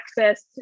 access